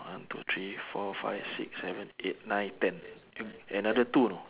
one two three four five six seven eight nine ten an~ another two